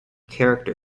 character